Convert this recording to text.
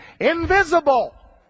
invisible